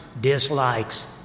dislikes